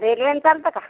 रेल्वेनं चालतं का